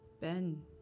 Ben